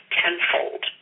tenfold